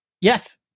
Yes